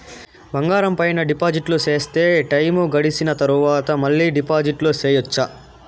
బంగారం పైన డిపాజిట్లు సేస్తే, టైము గడిసిన తరవాత, మళ్ళీ డిపాజిట్లు సెయొచ్చా?